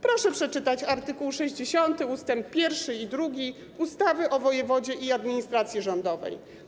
Proszę przeczytać art. 60 ust. 1 i 2 ustawy o wojewodzie i administracji rządowej.